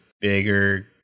bigger